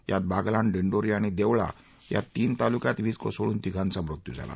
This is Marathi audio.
यात बागलाण दिंडोरी आणि देवळा या तीन तालुक्यांत वीज कोसळून तिघांचा मृत्यू झाला